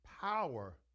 power